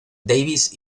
davis